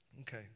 Okay